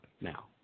now